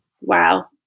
Wow